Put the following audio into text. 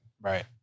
Right